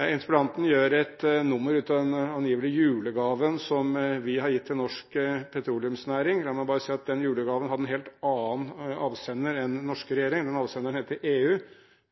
Interpellanten gjør et nummer ut av den angivelige julegaven som vi har gitt norsk petroleumsnæring. La meg bare si at den «julegaven» hadde en helt annen avsender enn den norske regjering. Den avsenderen het EU.